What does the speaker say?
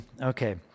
Okay